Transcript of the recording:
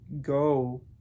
go